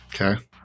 Okay